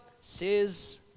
says